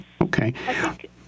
okay